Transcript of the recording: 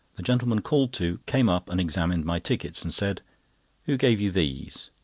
the gentleman called to, came up and examined my tickets, and said who gave you these?